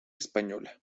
española